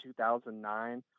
2009